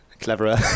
Cleverer